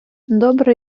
добре